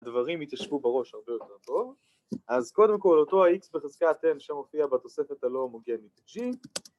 ‫הדברים יתיישבו בראש ‫הרבה יותר טוב. ‫אז קודם כול, אותו ה-X בחזקת N ‫שמוכריע בתוספת הלא הומוגנית G.